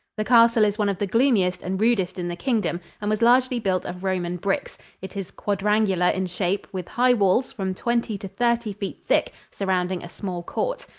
the castle is one of the gloomiest and rudest in the kingdom, and was largely built of roman bricks. it is quadrangular in shape, with high walls from twenty to thirty feet thick surrounding a small court.